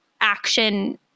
action